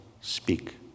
Speak